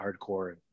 hardcore